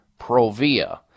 Provia